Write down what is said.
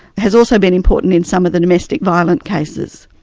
has also been important in some of the domestic violence cases.